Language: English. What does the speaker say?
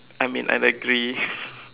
I mean exactly